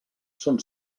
són